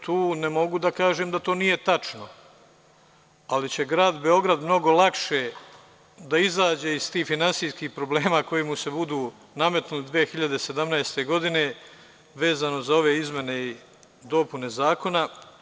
Tu ne mogu da kažem da to nije tačno, ali će Grad Beograd mnogo lakše da izađe iz tih finansijski problema koji mu se budu nametnuli 2017. godine vezano za ove izmene i dopune zakona.